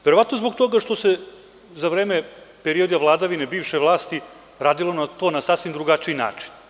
Verovatno zbog toga što se za vreme perioda vladavine bivše vlasti radilo to na sasvim drugačiji način.